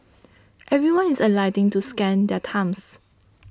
everyone is alighting to scan their thumbs